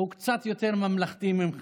הוא קצת יותר ממלכתי ממך.